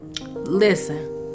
Listen